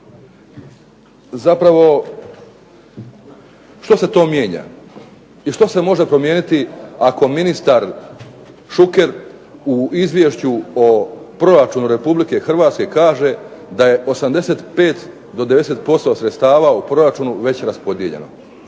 zapravo, što se to mijenja i što se može promijeniti ako ministar Šuker u Izvješću o proračunu Republike Hrvatske kaže da je 85 do 90% sredstava u proračunu već raspodijeljeno.